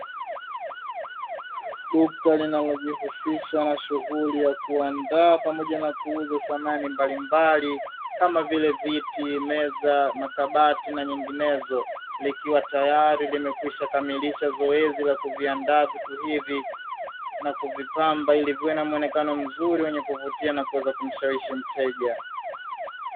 Duka linalojihusisha na shuhuli ya kuunda na kuuza samani mbalimbali kama vile viti, meza, makabati na nyinginezo likiwatayali limekwisha kamilisha zoezi la kuviandaa vitu hivi na kuvipamba viwe na muonekano mzuri wa kuvutia na kuweza kumshawishi mteja.